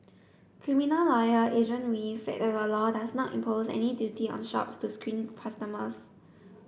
criminal lawyer Adrian Wee said that the law does not impose any duty on shops to screen customers